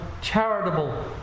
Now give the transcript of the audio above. charitable